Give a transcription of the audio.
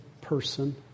person